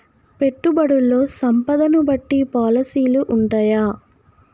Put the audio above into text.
పెట్టుబడుల్లో సంపదను బట్టి పాలసీలు ఉంటయా?